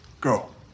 Go